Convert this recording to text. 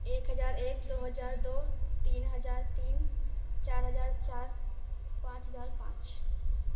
ایک ہزار ایک دو ہزار دو تین ہزار تین چار ہزار چار پانچ ہزار پانچ